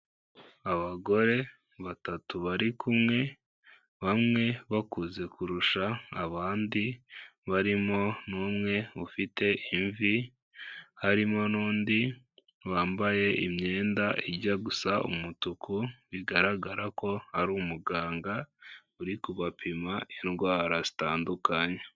Abagore batatu bari kumwe, bamwe bakuze kurusha abandi, barimo n'umwe ufite imvi, harimo n'undi wambaye imyenda ijya gusa umutuku bigaragara ko ari umuganga uri kubapima indwara zitandukanye.